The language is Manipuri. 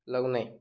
ꯂꯧꯅꯩ